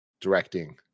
directing